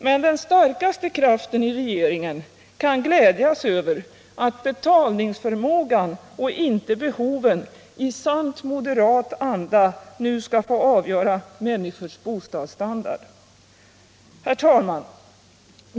Men den starkaste kraften i regeringen kan glädjas över att betalningsförmågan — och inte behoven — i sant moderat anda nu skall få avgöra människors bostadsstandard.